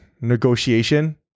negotiation